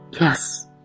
Yes